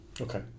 Okay